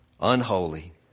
unholy